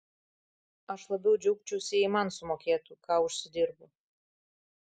aš labiau džiaugčiausi jei man sumokėtų ką užsidirbu